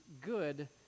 good